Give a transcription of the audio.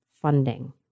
funding